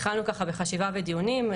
התחלנו בחשיבה ודיונים.